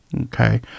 Okay